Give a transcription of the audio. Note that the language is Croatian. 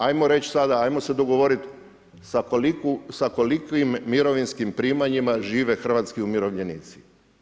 Ajmo reći sada, ajmo se dogovoriti sa kolikim mirovinskih primanjima žive hrvatski umirovljenici.